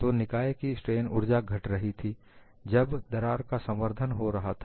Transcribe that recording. तो निकाय की स्ट्रेन ऊर्जा घट रही थी जब दरार का संवर्धन हो रहा था